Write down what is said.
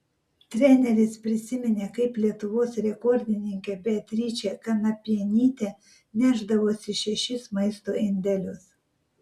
treneris prisiminė kaip lietuvos rekordininkė beatričė kanapienytė nešdavosi šešis maisto indelius